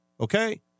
okay